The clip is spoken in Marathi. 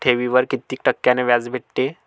ठेवीवर कितीक टक्क्यान व्याज भेटते?